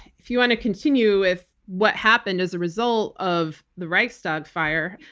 if you want to continue with what happened as a result of the reichstag fire,